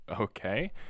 okay